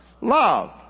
Love